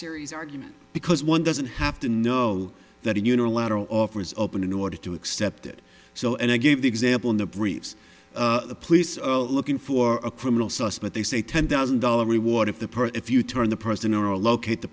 adversaries argument because one doesn't have to know that a unilateral offer is open in order to accept it so and i gave the example in the briefs the police are looking for a criminal suspect they say ten thousand dollars reward if the person if you turn the person or locate the